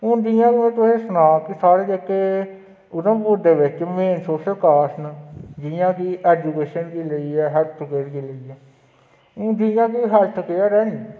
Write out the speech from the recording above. हून जि'यां तुसें ई सनांऽ कि साढ़े जेह्के उधमपुर दे बिच मेन सोशल कॉस न जि'यां कि एजुकेशन गी लेइयै हेल्थ केयर गी लेइयै हून जि'यां कि हेल्थ केयर ऐ नी